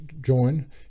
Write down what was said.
join